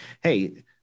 hey